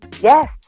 Yes